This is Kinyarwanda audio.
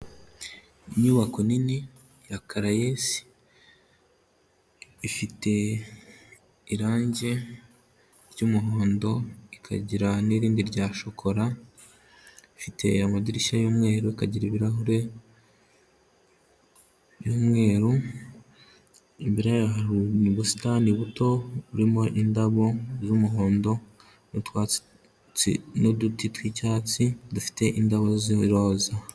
Inyubako nini ya karayesi, ifite irangi ry'umuhondo, ikagira n'irindi rya shokora, ifite amadirishya y'umweru, ikagira ibirahure by'umweru, imbere yayo hari ubusitani buto buririmo indabo y'umuhondo n'utwatsi n'uduti tw'icyatsi dufite indabo z'iroza.